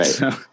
Right